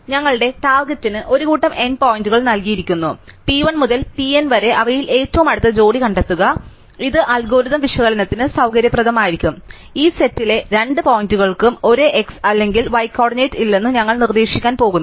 അതിനാൽ ഞങ്ങളുടെ ടാർഗെറ്റിന് ഒരു കൂട്ടം n പോയിന്റുകൾ നൽകിയിരിക്കുന്നു p 1 മുതൽ p n വരെ അവയിൽ ഏറ്റവും അടുത്ത ജോഡി കണ്ടെത്തുക ഇത് അൽഗോരിതം വിശകലനത്തിന് സൌകര്യപ്രദമായിരിക്കുംഈ സെറ്റിലെ രണ്ട് പോയിന്റുകൾക്കും ഒരേ x അല്ലെങ്കിൽ y കോർഡിനേറ്റ് ഇല്ലെന്ന് ഞങ്ങൾ നിർദ്ദേശിക്കാൻ പോകുന്നു